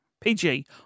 PG